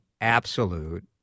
absolute